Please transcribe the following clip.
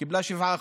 קיבלה 7%,